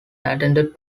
attended